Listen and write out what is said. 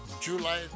July